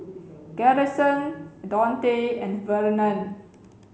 garrison Daunte and Vernon